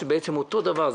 שזה בעצם אותו דבר,